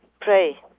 pray